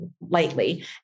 lightly